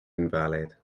invalid